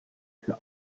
für